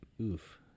Oof